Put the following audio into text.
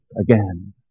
again